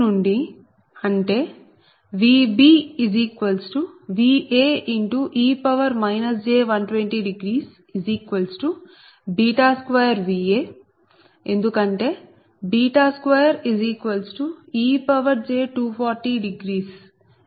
అంటే VbVae j1202Va ఎందుకంటే 2ej240e j120